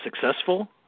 successful